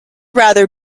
rather